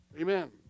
Amen